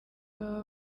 ntibaba